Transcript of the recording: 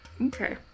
Okay